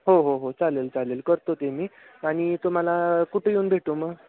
हो हो हो चालेल चालेल करतो ते मी आणि तुम्हाला कुठं येऊन भेटू मग